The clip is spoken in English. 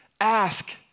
ask